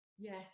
Yes